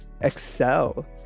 excel